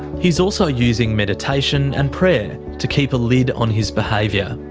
he's also using meditation and prayer to keep a lid on his behaviour.